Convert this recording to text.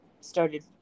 started